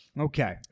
Okay